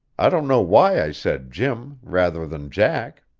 i don't know why i said jim, rather than jack.